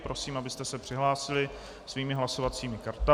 Prosím, abyste se přihlásili svými hlasovacími kartami.